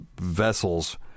vessels